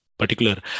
particular